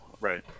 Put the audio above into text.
right